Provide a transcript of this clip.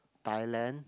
Thailand